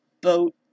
boat